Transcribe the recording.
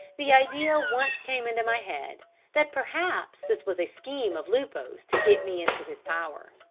the idea once came into my head that perhaps this was a scheme of lupo's to get me into his power.